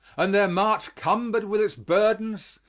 and their march cumbered with its burdens,